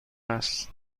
است